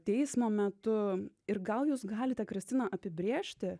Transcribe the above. teismo metu ir gal jūs galite kristina apibrėžti